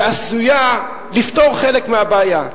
שעשויה לפתור חלק מהבעיה.